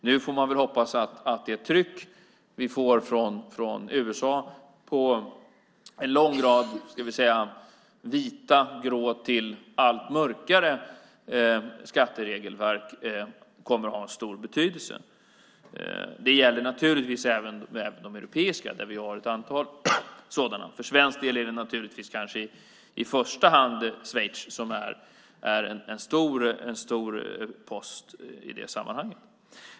Nu får man hoppas att det tryck vi får från USA på en lång rad ska vi säga vita, grå och allt mörkare skatteregelverk kommer att ha en stor betydelse. Det gäller naturligtvis även de europeiska. Vi har ett antal sådana. För svensk del är det naturligtvis kanske i första hand Schweiz som är en stor post i det sammanhanget.